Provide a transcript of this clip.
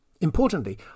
Importantly